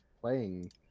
playing